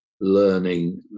learning